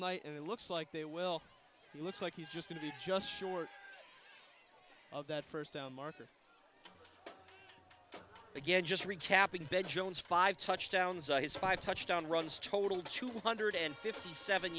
night and it looks like they will it looks like he's just maybe just short of that first down marker again just recapping bed jones five touchdowns ice five touchdown runs total two hundred and fifty seven